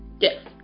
yes